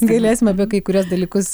galėsim apie kai kuriuos dalykus